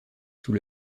sous